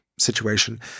situation